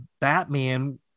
Batman